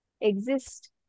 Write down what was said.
exist